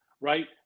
right